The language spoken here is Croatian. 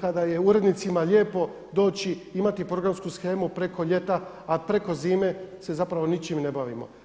kada je urednicima lijepo doći, imati programsku shemu preko ljeta a preko zime se zapravo ničim ne bavimo.